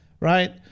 right